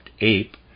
ape